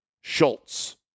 Schultz